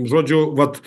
žodžiu vat